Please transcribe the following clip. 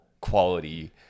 quality